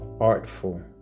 artful